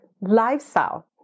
lifestyle